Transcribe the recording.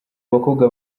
abakobwa